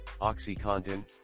OxyContin